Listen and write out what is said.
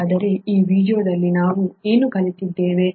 ಹಾಗಾದರೆ ಈ ವೀಡಿಯೊದಲ್ಲಿ ನಾವು ಏನು ಕಲಿತಿದ್ದೇವೆ